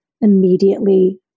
immediately